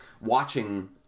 watching